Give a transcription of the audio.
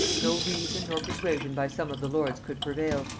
no reason nor persuasion by some of the lords could prevail,